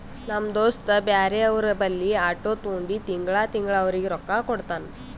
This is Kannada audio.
ನಮ್ ದೋಸ್ತ ಬ್ಯಾರೆ ಅವ್ರ ಬಲ್ಲಿ ಆಟೋ ತೊಂಡಿ ತಿಂಗಳಾ ತಿಂಗಳಾ ಅವ್ರಿಗ್ ರೊಕ್ಕಾ ಕೊಡ್ತಾನ್